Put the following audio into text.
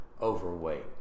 overweight